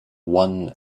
one